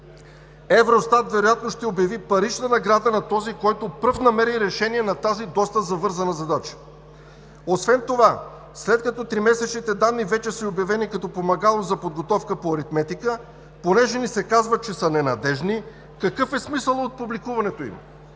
Евростат вероятно ще обяви парична награда на този, който пръв намери решение на тази доста завързана задача. Освен това, след като тримесечните данни вече са обявени като помагало за подготовка по аритметика – понеже ни се казва, че са ненадеждни, какъв е смисълът от публикуването им?